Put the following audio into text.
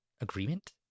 agreement